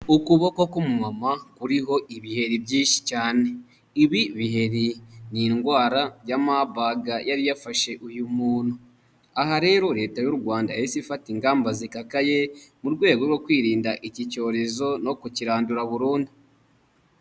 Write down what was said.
Ukuboko k'umumama kuriho ibiheri byinshi cyane, ibi biheri ni indwara ya mabaga yari yafashe uyu muntu, aha rero leta y'u Rwanda yahise ifata ingamba zikakaye mu rwego rwo kwirinda iki cyorezo no kukirandura burundu.